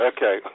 Okay